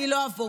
אני לא אבוא.